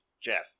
Jeff